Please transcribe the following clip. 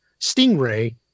Stingray